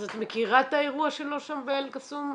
אז את מכירה את האירוע שלו שם באל-קאסום,